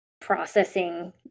processing